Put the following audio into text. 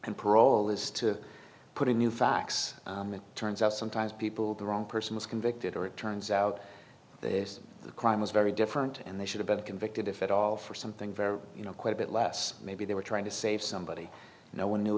parole is to put in new facts it turns out sometimes people the wrong person is convicted or it turns out the crime was very different and they should have been convicted if at all for something very you know quite a bit less maybe they were trying to save somebody no one knew